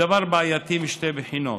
הדבר בעייתי משתי בחינות: